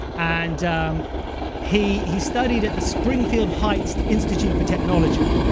and um he he studied at the springfield heights institute for technology,